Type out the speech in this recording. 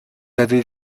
avez